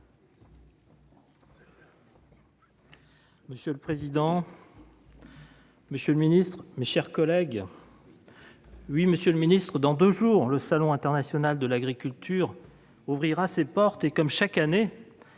Monsieur le président, monsieur le ministre, mes chers collègues, dans deux jours, le salon international de l'agriculture ouvrira ses portes, et, comme chaque année,